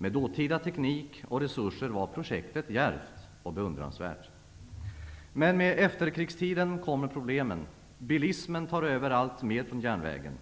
Med dåtida teknik och resurser var projektet djärvt och beundransvärt. Med efterkrigstiden kommer problemen. Bilismen tar över alltmer från järnvägen.